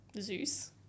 Zeus